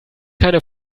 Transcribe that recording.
keine